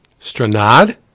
Stranad